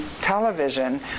television